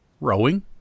rowing